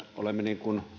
olemme